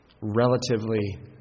relatively